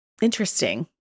interesting